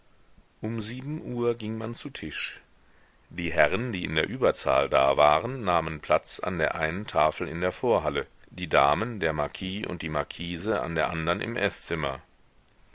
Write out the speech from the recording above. um sieben uhr ging man zu tisch die herren die in der überzahl da waren nahmen platz an der einen tafel in der vorhalle die damen der marquis und die marquise an der andern im eßzimmer